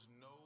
no